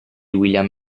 william